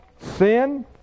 sin